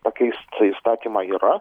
pakeist įstatymą yra